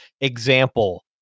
example